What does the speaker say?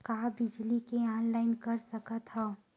का बिजली के ऑनलाइन कर सकत हव?